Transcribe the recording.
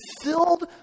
filled